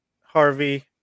Harvey